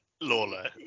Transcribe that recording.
lawler